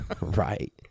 Right